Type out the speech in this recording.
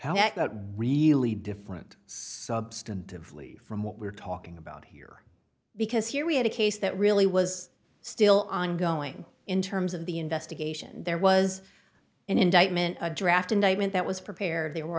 that really different substantively from what we're talking about here because here we had a case that really was still ongoing in terms of the investigation there was an indictment a draft indictment that was prepared they were